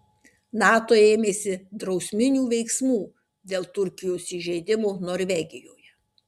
nato ėmėsi drausminių veiksmų dėl turkijos įžeidimo norvegijoje